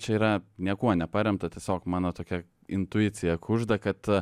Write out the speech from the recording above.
čia yra niekuo neparemta tiesiog mano tokia intuicija kužda kad